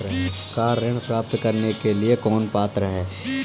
Car ऋण प्राप्त करने के लिए कौन पात्र है?